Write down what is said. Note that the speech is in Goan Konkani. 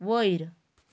वयर